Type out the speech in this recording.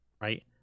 Right